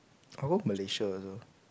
I'll go Malaysia also